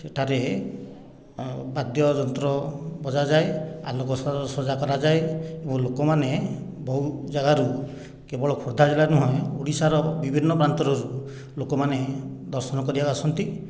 ସେଠାରେ ବାଦ୍ୟଯନ୍ତ୍ର ବଜାଯାଏ ଆଲୋକ ସଜା କରାଯାଏ ଏବଂ ଲୋକମାନେ ବହୁ ଜାଗାରୁ କେବଳ ଖୋର୍ଦ୍ଧା ଜିଲ୍ଲାରୁ ନୁହେଁ ଓଡ଼ିଶାର ବିଭିନ୍ନ ପ୍ରାନ୍ତରରୁ ଲୋକମାନେ ଦର୍ଶନ କରିବାକୁ ଆସନ୍ତି